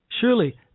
Surely